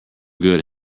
good